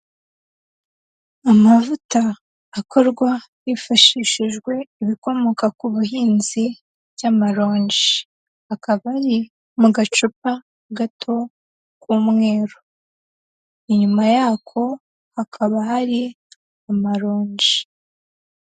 Amavuta akorwa hifashishijwe ibikomoka ku buhinzi by'amaronji. Akaba ari mu gacupa gato k'umweru. Inyuma yako, hakaba hari amaronji.